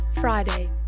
Friday